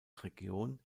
region